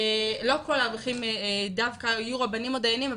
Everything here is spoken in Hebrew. לא כל האברכים דווקא היו רבנים ודיינים,